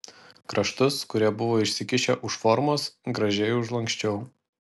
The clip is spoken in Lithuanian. kraštus kurie buvo išsikišę už formos gražiai užlanksčiau